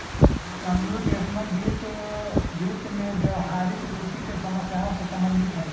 computational वित्त, वित्त में व्यावहारिक रुचि की समस्याओं से संबंधित हई